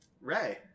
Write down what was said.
Ray